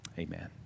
Amen